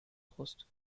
brust